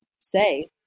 say